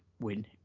win